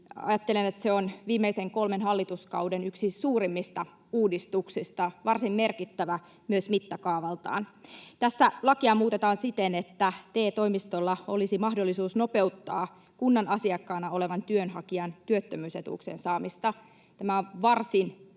ajattelen, että se on viimeisen kolmen hallituskauden yksi suurimmista uudistuksista, varsin merkittävä myös mittakaavaltaan. Tässä lakia muutetaan siten, että TE-toimistolla olisi mahdollisuus nopeuttaa kunnan asiakkaana olevan työnhakijan työttömyysetuuksien saamista. Tämä on varsin merkittävä